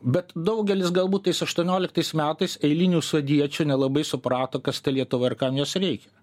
bet daugelis galbūt tais aštuonioliktaisiais metais eilinių sodiečių nelabai suprato kas ta lietuva ir kam jos reikia